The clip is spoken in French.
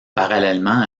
parallèlement